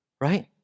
Right